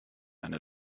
eine